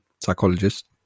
psychologist